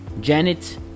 Janet